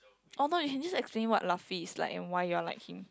oh no you can just explain what Luffy is like and why you're like him